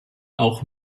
auch